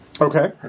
Okay